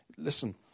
Listen